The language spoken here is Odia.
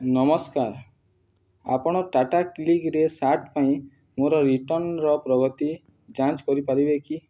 ନମସ୍କାର ଆପଣ ଟାଟା କ୍ଲିକ୍ରେ ସାର୍ଟ ପାଇଁ ମୋର ରିଟର୍ଣ୍ଣର ପ୍ରଗତି ଯାଞ୍ଚ କରିପାରିବେ କି